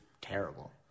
terrible